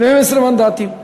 12 מנדטים.